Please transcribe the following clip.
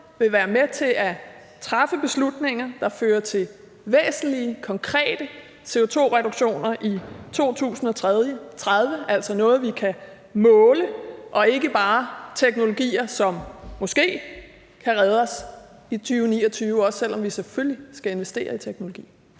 vil være med til at træffe beslutninger, der fører til væsentlige, konkrete CO2-reduktioner i 2030, altså noget, vi kan måle, og ikke bare teknologier, som måske kan redde os i 2029 – også selv om vi selvfølgelig skal investere i teknologi.